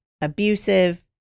abusive